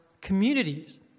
communities